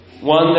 one